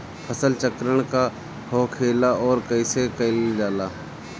फसल चक्रण का होखेला और कईसे कईल जाला?